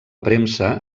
premsa